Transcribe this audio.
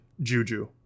Juju